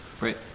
Right